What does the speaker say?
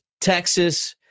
Texas –